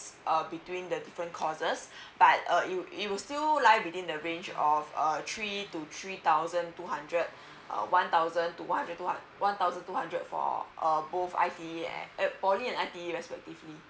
uh between the different courses but uh it will it will still lie within the range of err three to three thousand two hundred uh one thousand to one thousand to one hundred one thousand two hundred for uh both I_T_E eh poly and I_T_E respectively